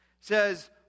Says